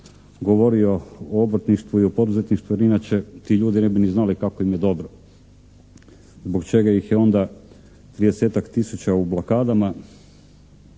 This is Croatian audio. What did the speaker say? govorio o obrtništvu i o poduzetništvu jer inače ti ljudi ne bi ni znali kako im je dobro. Zbog čega ih je onda 30-ak tisuća u blokadama